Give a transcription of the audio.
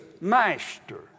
master